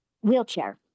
wheelchair